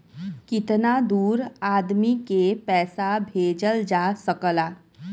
कितना दूर आदमी के पैसा भेजल जा सकला?